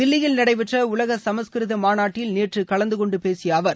தில்லியில் நடைபெற்ற உலக சமஸ்கிருத மாநாட்டில் நேற்று கலந்து கொண்டு பேசிய அவர்